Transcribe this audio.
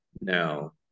now